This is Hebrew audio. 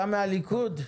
אתה מהליכוד?